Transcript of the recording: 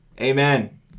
Amen